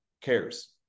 cares